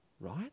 right